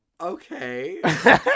Okay